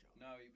No